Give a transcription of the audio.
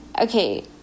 Okay